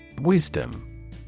Wisdom